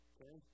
Okay